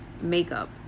makeup